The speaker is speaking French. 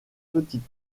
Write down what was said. petite